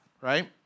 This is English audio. right